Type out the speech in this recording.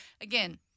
again